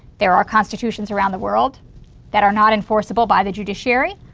there are constitutions around the world that are not enforceable by the judiciary.